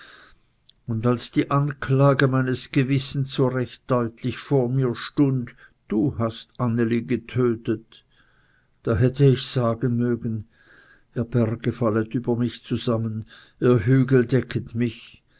und als die anklage meines gewissens so recht deutlich vor mir stund du hast anneli getötet da hätte ich sagen mögen ihr berge fallet über mich zusammen ihr hügel decket mich